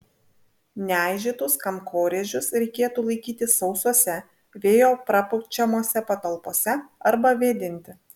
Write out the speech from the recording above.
neaižytus kankorėžius reikėtų laikyti sausose vėjo prapučiamose patalpose arba vėdinti